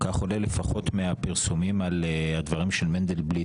כך עולה לפחות מהפרסומים על הדברים של מנדלבליט,